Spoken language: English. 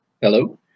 Hello